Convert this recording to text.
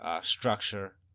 structure